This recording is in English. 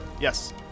Yes